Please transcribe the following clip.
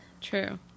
True